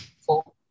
Four